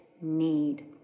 need